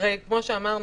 כמו שאמרנו,